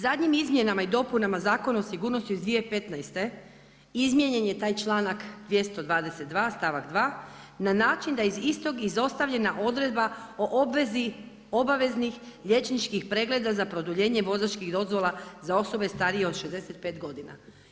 Zadnjim Izmjenama i dopunama Zakona o sigurnosti iz 2015. izmijenjen je taj članak 220., stavak 2. na način da je iz istog izostavljena odredba o obvezi obaveznih liječničkih pregleda za produljenje vozačkih dozvola za osobe starije od 65 godina.